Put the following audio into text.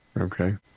Okay